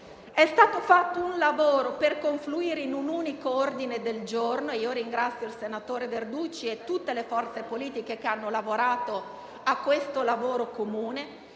è stato fatto un lavoro per confluire in un unico ordine del giorno. Al riguardo ringrazio il senatore Verducci e tutte le forze politiche che hanno contribuito a questo sforzo.